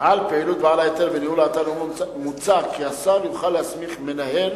על פעילות בעל ההיתר בניהול האתר הלאומי מוצע כי השר יוכל להסמיך מנהל